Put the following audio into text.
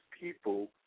people